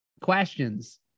questions